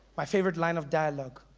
my favorite line of dialog.